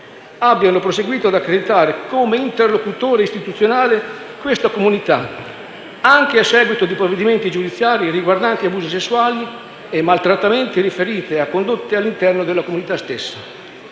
abbiano proseguito ad accreditare come interlocutore istituzionale questa comunità, anche a seguito di provvedimenti giudiziari riguardanti abusi sessuali e maltrattamenti riferiti a condotte all'interno della comunità stessa.